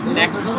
next